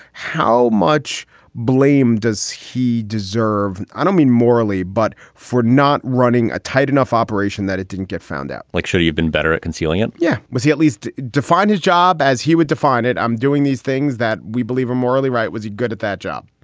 how much blame does he deserve? i don't mean morally, but for not running a tight enough operation that it didn't get found out. like, should he have been better at concealing it? yeah. was he at least defined his job as he would define it? i'm doing these things that we believe are morally right. was he good at that job?